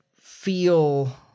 feel